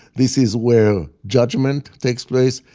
this is where judgment takes place.